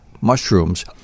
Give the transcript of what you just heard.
mushrooms